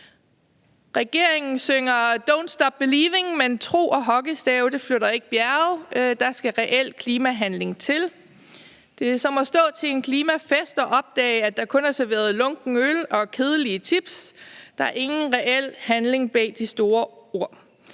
believin'«, men tro og hockeystave flytter ikke bjerge. Der skal reel klimahandling til, og det er som at stå til en klimafest og opdage, at der kun er serveret lunkent øl og kedelige chips. Der er ingen reel handling bag de store ord.